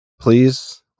Please